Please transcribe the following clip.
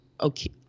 okay